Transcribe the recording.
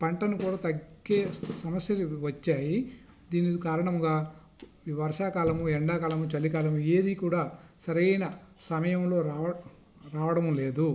పంటను కూడా తగ్గే సమస్యలు వచ్చాయి దీని కారణంగా వర్షాకాలము ఎండాకాలాము చలికాలము ఏదీ కూడా సరైన సమయంలో రావ రావడం లేదు